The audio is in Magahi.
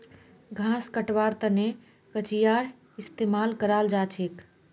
घास कटवार तने कचीयार इस्तेमाल कराल जाछेक